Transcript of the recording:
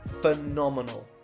phenomenal